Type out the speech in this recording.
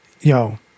Yo